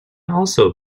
also